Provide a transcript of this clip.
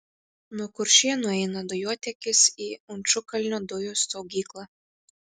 nuo kuršėnų eina dujotiekis į inčukalnio dujų saugyklą